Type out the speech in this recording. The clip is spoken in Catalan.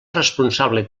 responsable